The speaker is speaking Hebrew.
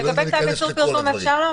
אני לא נכנס לדברים.